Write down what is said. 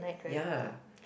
ya